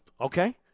okay